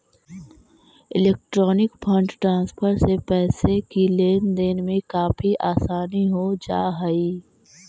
electronic fund transfer से पैसे की लेन देन में काफी आसानी हो जा हई